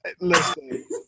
listen